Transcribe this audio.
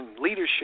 leadership